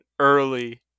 early